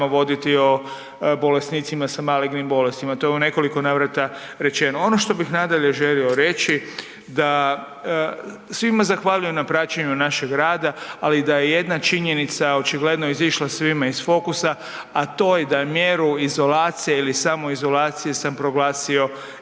voditi o bolesnicima sa malignim bolestima. To je u nekoliko navrata rečeno. Ono što bih nadalje želio reći, da, svima zahvalio na praćenju našega rada, ali i da je jedna činjenica očigledno izišla svima iz fokusa, a to je da je mjeru izolacije ili samoizolacije sam proglasio